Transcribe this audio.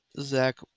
Zach